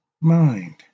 mind